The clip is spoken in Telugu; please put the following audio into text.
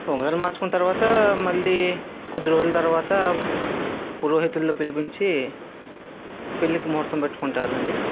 ఉంగరాలు మార్చుకున్న తర్వాత మళ్ళీ కొద్ది రోజుల తర్వాత పురోహితుని పిలిపించి పెళ్ళికి ముహూర్తం పెట్టుకుంటారు అండి